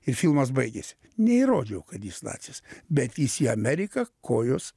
ir filmas baigėsi neįrodžiau kad jis nacis bet jis į ameriką kojos